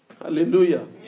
Hallelujah